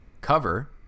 cover